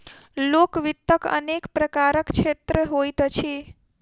लोक वित्तक अनेक प्रकारक क्षेत्र होइत अछि